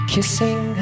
Kissing